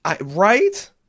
Right